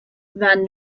van